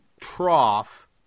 trough